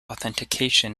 authentication